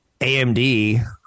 amd